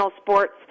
sports